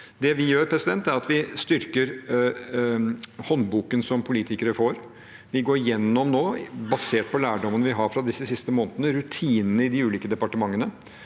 å styrke håndboken som politikere får. Vi går nå, basert på lærdommen vi har fra de siste månedene, gjennom rutinene i de ulike departementene.